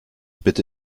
bitte